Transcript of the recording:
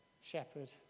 shepherd